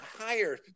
higher